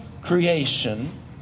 creation